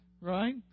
right